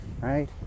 right